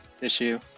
issue